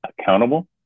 accountable